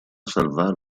salvare